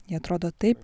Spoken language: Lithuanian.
ji atrodo taip